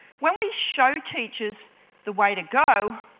when we show teachers the way to go,